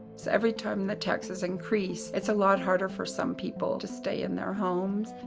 so every time the taxes increase, it's a lot harder for some people to stay in their homes.